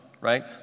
right